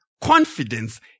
confidence